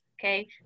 Okay